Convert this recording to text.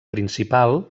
principal